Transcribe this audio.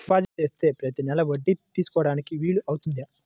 Deposit చేస్తే ప్రతి నెల వడ్డీ తీసుకోవడానికి వీలు అవుతుందా?